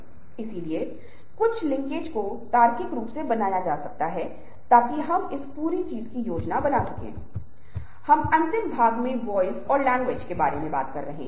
तो आप पाते हैं कि हमारे यहां जो कुछ भी है वह दृश्यों का चित्रण है और जिस तरह से दृश्य विभिन्न दिलचस्प तरीकों से बहुत शक्तिशाली तरीके से संवाद करने का प्रबंधन करता है